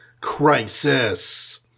crisis